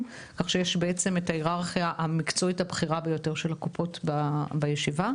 כך שיש את ההיררכיה המקצועית הבכירה ביותר של הקופות בישיבה.